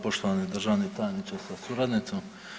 Poštovani državni tajniče sa suradnicom.